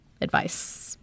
advice